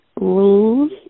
rules